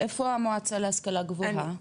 איפה המועצה להשכלה גבוהה?